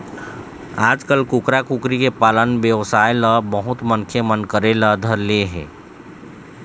आजकाल कुकरा, कुकरी के पालन बेवसाय ल बहुत मनखे मन करे ल धर ले हे